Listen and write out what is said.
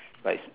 like